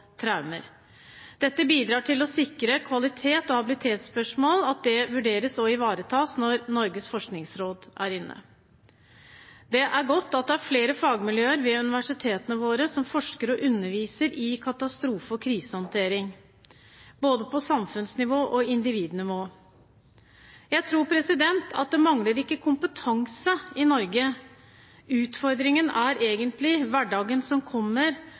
traumer. Dette bidrar til å sikre at kvalitet og habilitetsspørsmål vurderes og ivaretas når Norges forskningsråd er inne. Det er godt at det er flere fagmiljøer ved universitetene våre som forsker og underviser i katastrofe- og krisehåndtering, både på samfunnsnivå og på individnivå. Jeg tror ikke at det mangler kompetanse i Norge. Utfordringen er egentlig hverdagen som kommer,